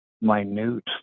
minute